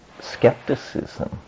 skepticism